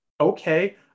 okay